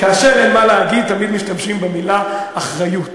כאשר אין מה להגיד, תמיד משתמשים במילה אחריות.